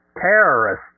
terrorist